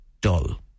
dull